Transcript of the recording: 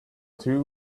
two